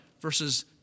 verses